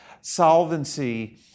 solvency